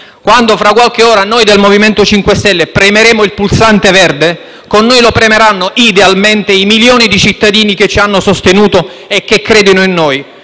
Quando, fra qualche ora, noi del Gruppo MoVimento 5 Stelle premeremo il pulsante verde, con noi lo premeranno, idealmente, i milioni di cittadini che ci hanno sostenuto e che credono in noi.